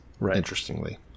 interestingly